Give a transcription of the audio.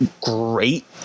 great –